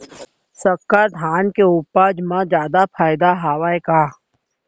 संकर धान के उपज मा जादा फायदा हवय का?